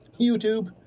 YouTube